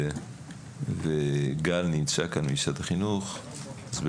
גל ממשרד החינוך נמצא כאן,